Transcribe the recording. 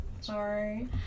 sorry